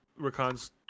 Rakan's